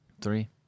Three